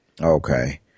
Okay